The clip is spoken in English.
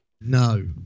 No